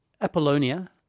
apollonia